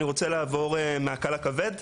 אני רוצה לעבור מהקל לכבד,